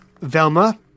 Velma